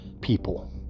people